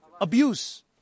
abuse